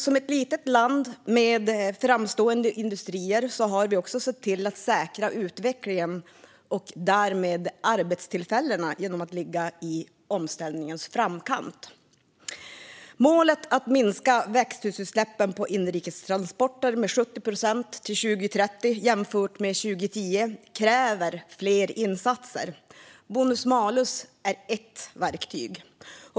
Som ett litet land med framstående industrier har vi också sett till att säkra utvecklingen och därmed arbetstillfällena genom att ligga i omställningens framkant. Målet att minska växthusgasutsläppen från inrikestransporter med 70 procent till 2030 jämfört med 2010 kräver fler insatser. Bonus malus är ett verktyg.